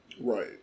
Right